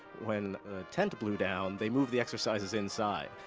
when a tent blew down, they moved the exercises inside.